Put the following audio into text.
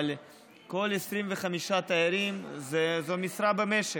אבל כל 25 תיירים זה משרה במשק.